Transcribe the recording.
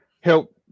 help